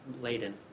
laden